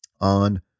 on